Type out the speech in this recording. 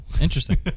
Interesting